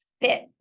fit